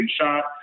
shot